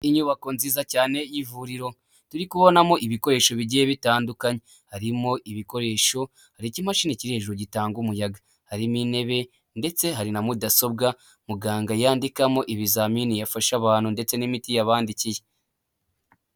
Inyubako nziza cyane y'ivuriro turi kubonamo ibikoresho bigiye bitandukanye, harimo ibikoresho hari imashini kiri hejuru gitanga umuyaga, harimo intebe, ndetse hari na mudasobwa muganga yandikamo ibizamini yafashe abantu ndetse n'imiti yabandikiye.